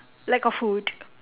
lack of food